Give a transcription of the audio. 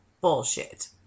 bullshit